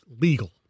legal